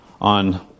on